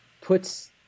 puts